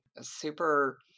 super